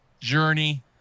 journey